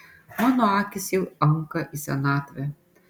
mano akys jau anka į senatvę